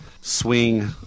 swing